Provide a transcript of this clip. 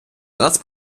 нас